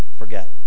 forget